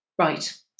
Right